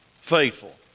faithful